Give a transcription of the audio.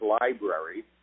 Library